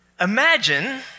Imagine